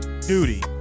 duty